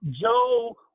Joe